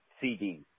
CD